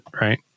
right